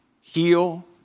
heal